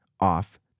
off